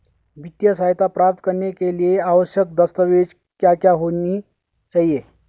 वित्तीय सहायता प्राप्त करने के लिए आवश्यक दस्तावेज क्या क्या होनी चाहिए?